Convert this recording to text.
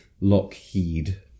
Lockheed